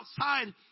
outside